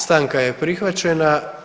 Stanka je prihvaćena.